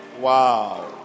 wow